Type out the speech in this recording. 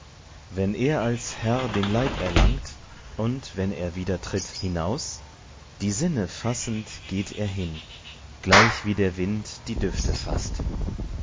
wenn er als herr den leib erlangt und wenn er wieder tritt hinaus die sinne fassend geht er hin gleichwie der wind die düfte faßt